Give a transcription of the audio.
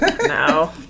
No